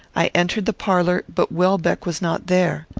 i entered the parlour but welbeck was not there.